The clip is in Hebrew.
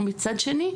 ומצד שני,